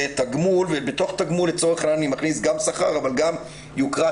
בתוך תגמול אני כולל גם שכר וגם יוקרה,